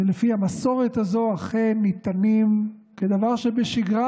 ולפי המסורת הזו אכן ניתנים לאופוזיציה כדבר שבשגרה,